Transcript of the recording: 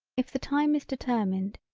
if the time is determined,